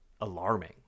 Alarming